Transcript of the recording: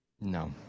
No